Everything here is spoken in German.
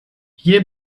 hier